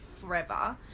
Forever